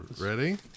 Ready